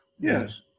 Yes